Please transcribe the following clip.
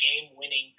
game-winning